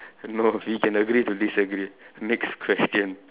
no we can agree to disagree next question